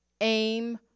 aim